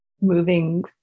moving